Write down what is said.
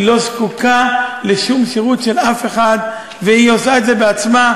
היא לא זקוקה לשום שירות של אף אחד והיא עושה את זה בעצמה,